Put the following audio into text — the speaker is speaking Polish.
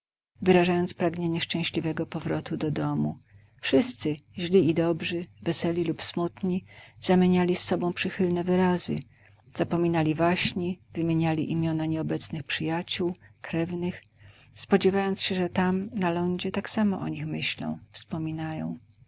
wyrażając pragnienie szczęśliwego powrotu do domu wszyscy źli i dobrzy weseli lub smutni zamieniali z sobą przychylne wyrazy zapominali waśni wymieniali imiona nieobecnych przyjaciół krewnych spodziewając się że tam na lądzie tak samo o nich myślą wspominają